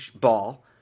ball